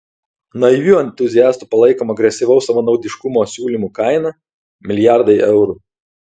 naivių entuziastų palaikomo agresyvaus savanaudiškumo siūlymų kaina milijardai eurų